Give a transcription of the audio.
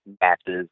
matches